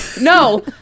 no